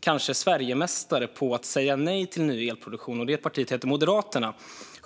kanske Sverigemästare, på att säga nej till ny elproduktion. Det partiet heter Moderaterna.